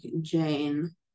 Jane